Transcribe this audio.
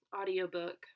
audiobook